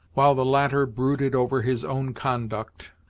while the latter brooded over his own conduct,